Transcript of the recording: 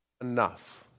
enough